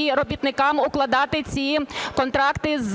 і робітникам укладати ці контракти з